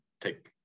take